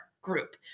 group